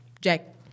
Jack